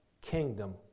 kingdom